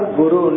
guru